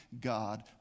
god